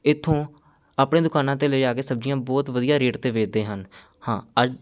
ਇੱਥੋਂ ਆਪਣੀਆਂ ਦੁਕਾਨਾਂ 'ਤੇ ਲਿਜਾ ਕੇ ਸਬਜ਼ੀਆਂ ਬਹੁਤ ਵਧੀਆ ਰੇਟ 'ਤੇ ਵੇਚਦੇ ਹਨ ਹਾਂ ਅਲ